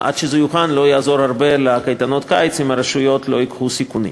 עד שזה יוכן לא יעזור הרבה לקייטנות הקיץ אם הרשויות לא ייקחו סיכונים.